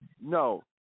No